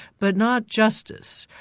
but not justice.